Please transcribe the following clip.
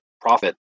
profit